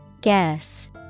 Guess